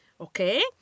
okay